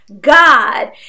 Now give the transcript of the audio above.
god